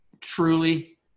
truly